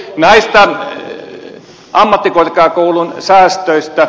näistä ammattikorkeakoulun säästöistä